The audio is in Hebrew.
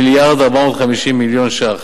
1.45 מיליארד ש"ח,